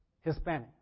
Hispanic